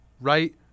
right